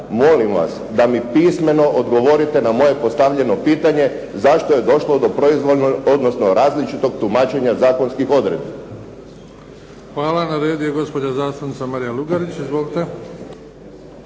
Molim vas da mi pismeno odgovorite na moje postavljeno pitanje zašto je došlo do proizvoljnog, odnosno različitog tumačenja zakonskih odredbi? **Bebić, Luka (HDZ)** Hvala. Na redu je gospođa zastupnica Marija Lugarić. Izvolite.